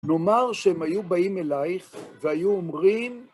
נאמר שהם היו באים אלייך והיו אומרים...